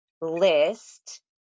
list